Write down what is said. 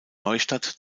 neustadt